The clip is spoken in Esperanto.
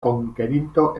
konkerinto